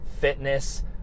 fitness